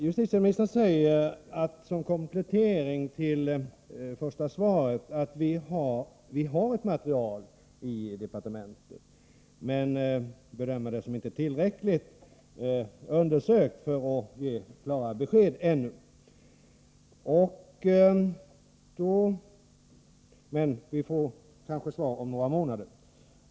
Justitieministern säger som komplettering till interpellationssvaret, att man har ett material i departementet men att man bedömer det som inte tillräckligt undersökt för att man skall kunna ge klara besked ännu — vi får kanske besked om några månader.